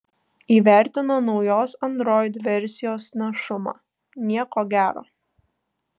įvertino naujos android versijos našumą nieko gero